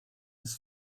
his